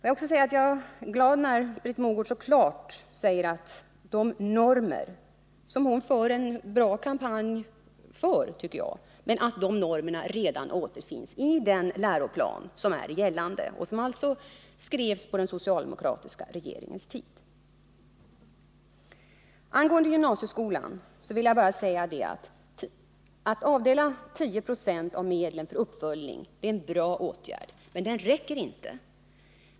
Jag uppskattar att när Britt Mogård talar om normer, som hon för en bra kampanj för, så säger hon klart ut att de normerna finns redan i gällande läroplan, som alltså skrevs på den socialdemokratiska regeringens tid. I fråga om gymnasieskolan vill jag säga att det är en bra åtgärd att avdela 10 96 av medlen för uppföljning, men det räcker inte.